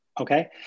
okay